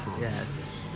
Yes